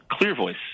ClearVoice